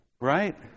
Right